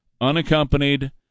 unaccompanied